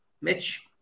Mitch